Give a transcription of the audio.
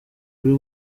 buri